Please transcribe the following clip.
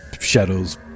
shadows